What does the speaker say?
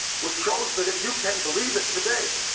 which shows that if you can believe it today,